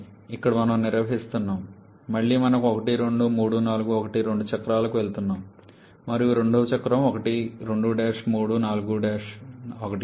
ఇక్కడ మనము నిర్వహిస్తున్నాము మళ్ళీ మనము 1 2 3 4 1 రెండు చక్రాలకు వెళుతున్నాము మరియు రెండవ చక్రం 1 2 3 4 1